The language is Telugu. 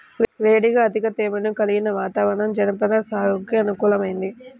వేడిగా అధిక తేమను కలిగిన వాతావరణం జనపనార సాగుకు అనుకూలమైంది